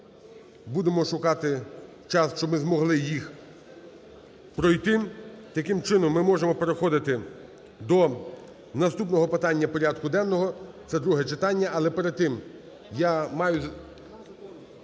будемо шукати час, щоб ми змогли їх пройти. Таким чином, ми можемо переходити до наступного питання порядку денного, це друге читання.